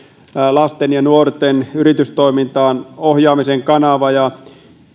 lasten ja nuorten yritystoimintaan ohjaamisen kanava ja